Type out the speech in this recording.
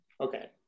Okay